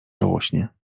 żałośnie